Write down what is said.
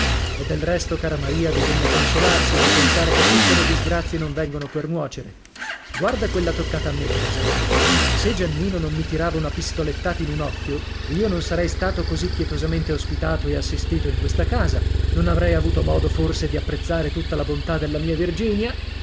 e del resto cara maria bisogna consolarsi nel pensare che tutte le disgrazie non vengono per nuocere guarda quella toccata a me per esempio se giannino non mi tirava una pistolettata in un occhio io non sarei stato così pietosamente ospitato e assistito in questa casa non avrei avuto modo forse di apprezzare tutta la bontà della mia virginia